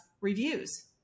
reviews